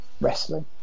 wrestling